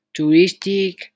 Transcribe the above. touristic